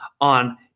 on